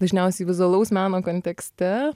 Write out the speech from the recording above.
dažniausiai vizualaus meno kontekste